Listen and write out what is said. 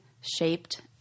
shaped